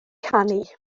canu